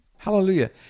Hallelujah